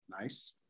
Nice